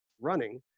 running